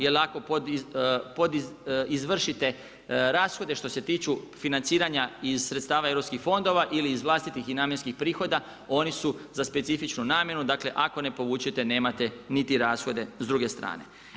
Jer, ako pod izvršite rashode što se tiču financiranja iz sredstava europskih fondova ili iz vlastitih i namjenskih prihoda, oni su za specifičnu namjenu, dakle, ako ne povučete nemate niti rashode s druge strane.